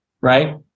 right